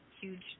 huge